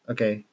Okay